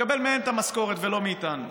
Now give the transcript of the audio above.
שיקבל מהם את המשכורת, ולא מאיתנו.